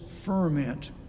ferment